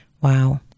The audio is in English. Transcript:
Wow